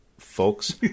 folks